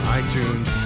iTunes